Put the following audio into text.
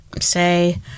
say